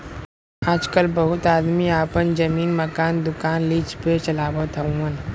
आजकल बहुत आदमी आपन जमीन, मकान, दुकान लीज पे चलावत हउअन